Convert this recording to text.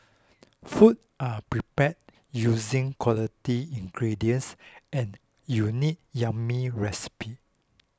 food are prepared using quality ingredients and unique yummy recipes